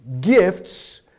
gifts